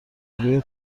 روی